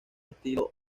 estilo